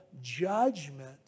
judgment